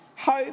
hope